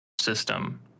system